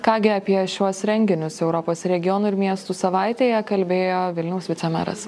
ką gi apie šiuos renginius europos regionų ir miestų savaitėje kalbėjo vilniaus vicemeras